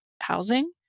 housing